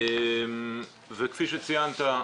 וכפי שציינת,